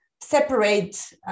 separate